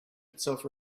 itself